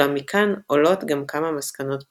אולם מכאן עולות גם כמה מסקנות פרדוקסליות.